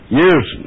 years